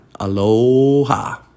Aloha